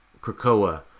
Krakoa